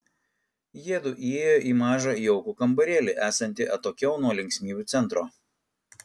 jiedu įėjo į mažą jaukų kambarėlį esantį atokiau nuo linksmybių centro